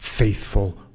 Faithful